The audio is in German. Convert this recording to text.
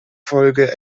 folge